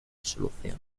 solución